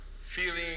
feeling